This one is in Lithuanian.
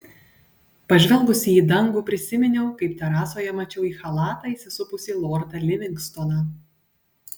pažvelgusi į dangų prisiminiau kaip terasoje mačiau į chalatą įsisupusį lordą livingstoną